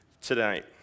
tonight